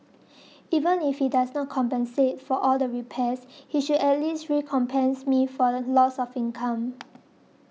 even if he does not compensate for all the repairs he should at least recompense me for loss of income